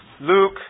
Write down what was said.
Luke